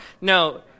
No